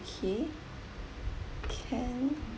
okay can